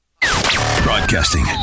Broadcasting